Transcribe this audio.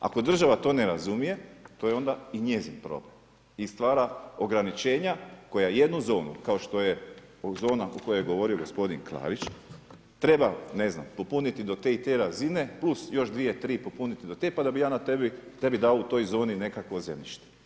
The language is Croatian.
Ako država to ne razumije, to je onda i njezin problem i stvara ograničenja koja jednu zonu kao što je zona o kojoj je govorio gospodin Klarić treba ne znam popuniti do te i te razine, plus još dvije, tri popuniti do te pa da bi ja tebi dao u toj zoni nekakvo zemljište.